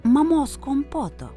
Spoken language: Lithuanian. mamos kompoto